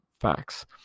facts